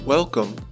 Welcome